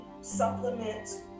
supplement